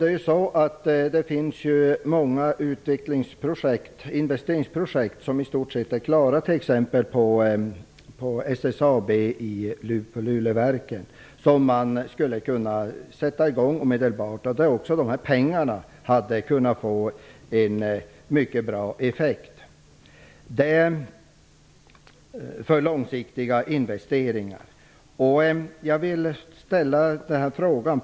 Fru talman! Det finns många utvecklings och investeringsprojekt för SSAB på Luleverken. De kan sättas i gång omedelbart. Dessa pengar hade kunnat få en mycket bra effekt. Det är fråga om långsiktiga investeringar. Jag vill ställa följande frågor.